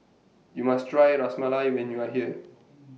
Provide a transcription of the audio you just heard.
YOU must Try Ras Malai when YOU Are here